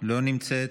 לא נמצאת,